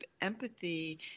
empathy